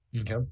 Okay